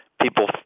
people